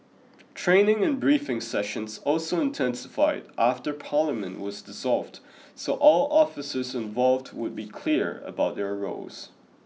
training and briefing sessions also intensified after Parliament was dissolved so all officers involved would be clear about their roles